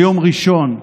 ביום ראשון,